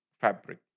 fabric